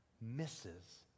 misses